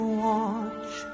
watch